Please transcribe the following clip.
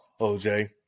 OJ